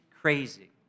crazy